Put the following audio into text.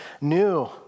new